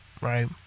Right